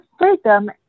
freedom